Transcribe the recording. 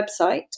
website